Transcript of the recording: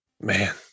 man